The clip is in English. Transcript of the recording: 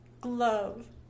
glove